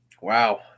Wow